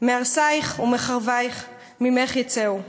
"מהרסיך ומחרביך ממך יצאו".